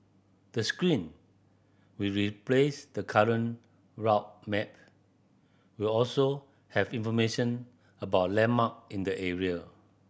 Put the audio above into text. the screen replace the current route map will also have information about landmark in the area